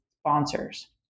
sponsors